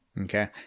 okay